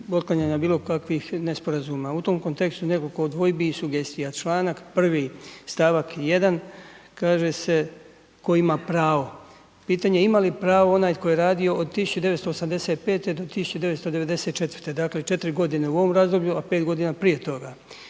otklanjanja bilo kakvih nesporazuma, u tom kontekstu nekoliko dvojbi i sugestija, čl. 1. st. 1. kaže se tko ima pravo. Pitanje, ima li pravo onaj tko je radio od 1985. do 1994., dakle 4.g. u ovom razdoblju, a 5.g. prije toga,